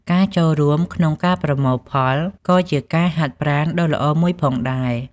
ការចូលរួមក្នុងការប្រមូលផលក៏ជាការហាត់ប្រាណដ៏ល្អមួយផងដែរ។